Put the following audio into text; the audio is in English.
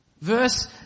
Verse